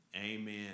amen